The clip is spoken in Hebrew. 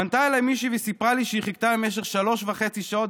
פנתה אליי מישהי וסיפרה לי שהיא חיכתה במשך שלוש וחצי שעות,